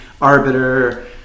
arbiter